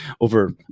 over